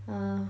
uh